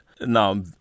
Now